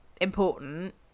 important